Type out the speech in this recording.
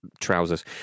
trousers